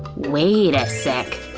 wait a sec,